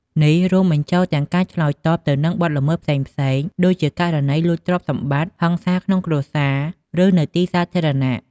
នេះរួមបញ្ចូលទាំងការឆ្លើយតបទៅនឹងបទល្មើសផ្សេងៗដូចជាករណីលួចទ្រព្យសម្បត្តិ ហិង្សាក្នុងគ្រួសារ ឬនៅទីសាធារណៈ។